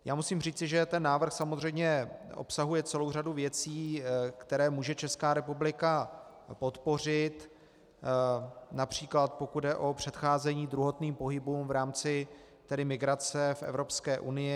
Já musím říci, že ten návrh samozřejmě obsahuje celou řadu věcí, které může Česká republika podpořit, například pokud jde o předcházení druhotným pohybům v rámci migrace v Evropské unii.